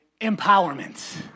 Empowerment